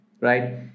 right